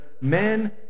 men